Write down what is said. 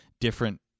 different